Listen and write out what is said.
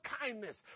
kindness